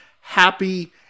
happy